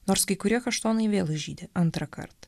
nors kai kurie kaštonai vėl žydi antrąkart